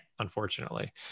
unfortunately